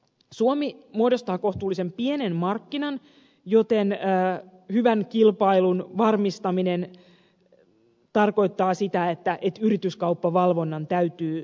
suomi muodostaa kohtuullisen pienen markkinan joten hyvän kilpailun varmistaminen tarkoittaa sitä että yrityskauppavalvonnan täytyy toimia